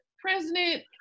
President